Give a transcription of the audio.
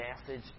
message